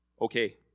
Okay